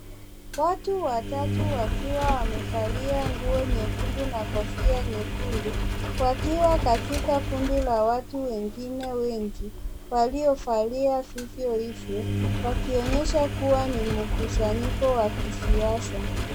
Watu watatu wakiwa wamevalia nguo nyekundu na kofia nyekundu, wakiwa katika kundi la watu wengine wengi waliovalia vivyo hivyo, wakionyesha kuwa ni mkusanyiko wa kisiasa.